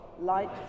light